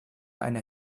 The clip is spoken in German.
eine